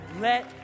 Let